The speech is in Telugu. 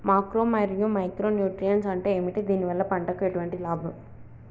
మాక్రో మరియు మైక్రో న్యూట్రియన్స్ అంటే ఏమిటి? దీనివల్ల పంటకు ఎటువంటి లాభం?